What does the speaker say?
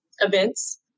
events